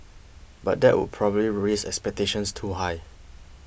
but that would probably raise expectations too high